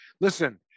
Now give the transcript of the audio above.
listen